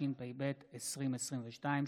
התשפ"ב 2022,